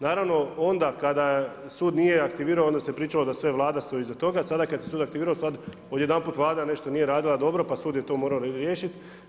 Naravno, onda kada sud nije aktivirao, onda se pričalo da sve Vlada stoji iza toga, sada kad se sud aktivirao, sad odjedanput Vlada nešto nije radila dobro, pa sud je to morao riješiti.